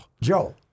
Joe